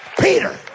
Peter